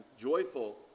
joyful